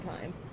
time